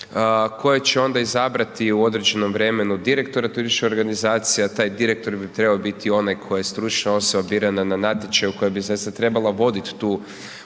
koje će onda izabrati u određenom vremenu direktora turističke organizacije a taj direktor bi trebao biti onaj koji je stručna osoba birana na natječaju koja bi zaista trebala voditi tu organizaciju.